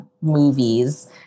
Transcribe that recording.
movies